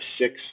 six